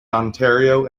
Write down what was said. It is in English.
ontario